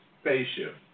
spaceship